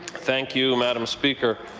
thank you madam speaker.